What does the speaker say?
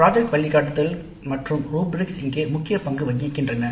திட்ட வழிகாட்டுதல்கள் மற்றும் ரூ பிரிக்ஸ் இங்கே முக்கிய பங்கு வகிக்கின்றன